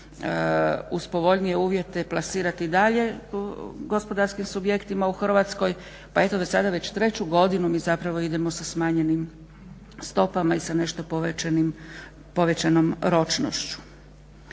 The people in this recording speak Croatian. uz povoljnije uvjete plasirati dalje gospodarskim subjektima u Hrvatskoj, pa eto već sada treću godinu mi idemo sa smanjenim stopama i sa nešto povećanom ročnošću.